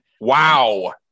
Wow